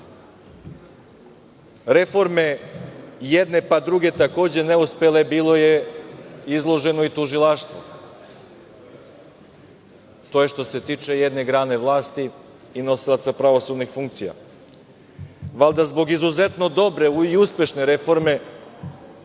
Reforme, jedne, pa druge, takođe neuspele bilo je izloženo i tužilaštvo. To je što se tiče jedne grane vlasti i nosilaca pravosudnih funkcija. Valjda zbog izuzetno dobre i uspešne reforme